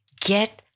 get